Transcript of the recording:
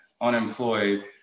unemployed